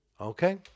okay